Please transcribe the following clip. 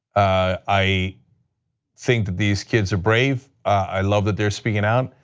ah i think these kids are brave, i love that they are speaking out,